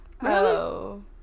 Hello